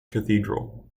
cathedral